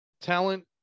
talent